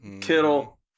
Kittle